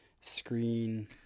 screen